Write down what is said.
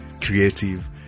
creative